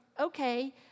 okay